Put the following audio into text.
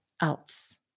else